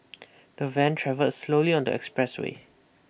the van travelled slowly on the expressway